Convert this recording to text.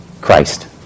Christ